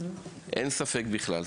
אין ספק בכלל,